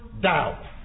down